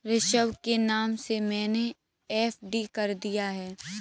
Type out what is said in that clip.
ऋषभ के नाम से मैने एफ.डी कर दिया है